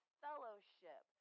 fellowship